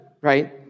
right